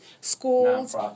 schools